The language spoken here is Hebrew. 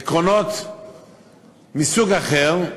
עמדות שונות, עקרונות מסוג אחר,